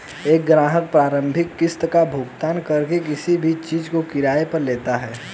एक ग्राहक प्रारंभिक किस्त का भुगतान करके किसी भी चीज़ को किराये पर लेता है